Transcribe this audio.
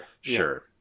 Sure